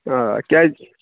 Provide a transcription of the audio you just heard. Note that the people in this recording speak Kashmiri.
آ کیٛازِ